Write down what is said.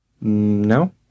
No